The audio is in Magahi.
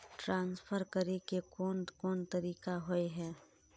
ट्रांसफर करे के कोन कोन तरीका होय है?